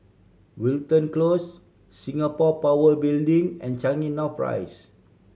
Wilton Close Singapore Power Building and Changi North Rise